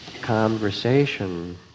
conversation